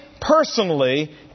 personally